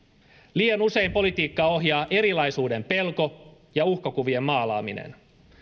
liian usein politiikkaa ohjaa erilaisuuden pelko ja uhkakuvien maalaaminen